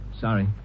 Sorry